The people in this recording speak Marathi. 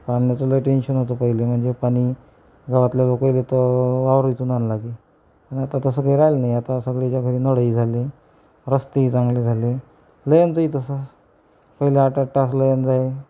पाण्याचं लई टेन्शन होतं पहिले म्हणजे पाणी गावातल्या लोकाइले तर वावराईतून आणावं लागे आणि आता तसं काही राहिलं नाही आता सगळ्याच्या घरी नळही झाले रस्तेही चांगले झाले लयनचंही तसंच पहिले आठ आठ तास लयन जाई